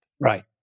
Right